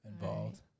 involved